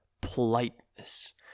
Politeness